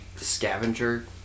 Scavenger